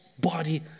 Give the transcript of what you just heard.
body